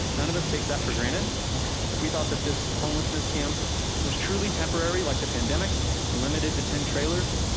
none of us takes that for granted if we thought that this homelessness camp was truly temporary, like to pandemic and limited to ten trailers.